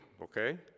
okay